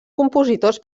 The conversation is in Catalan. compositors